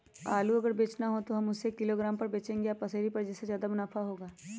आलू अगर बेचना हो तो हम उससे किलोग्राम पर बचेंगे या पसेरी पर जिससे ज्यादा मुनाफा होगा?